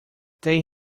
they